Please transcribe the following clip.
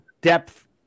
depth